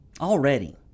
Already